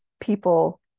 people